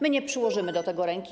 My nie przyłożymy do tego ręki.